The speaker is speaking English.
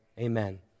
amen